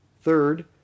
Third